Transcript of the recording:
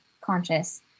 conscious